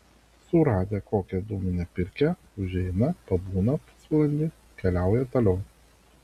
suradę kokią dūminę pirkią užeina pabūna pusvalandį keliauja toliau